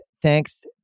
thanks